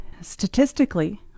statistically